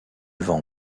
vend